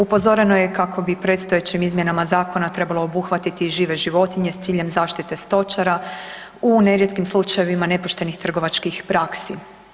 Upozoreno je kako bi predstojećim izmjenama zakona trebalo obuhvatiti i žive životinje s ciljem zaštite stočara u nerijetkim slučajevima nepoštenih trgovačkih praksi.